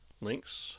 Links